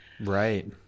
Right